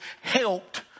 helped